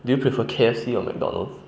do you prefer K_F_C or mcdonalds